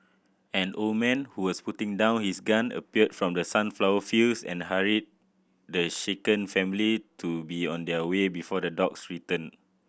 an old man who was putting down his gun appeared from the sunflower fields and hurried the shaken family to be on their way before the dogs return